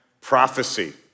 prophecy